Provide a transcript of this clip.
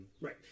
Right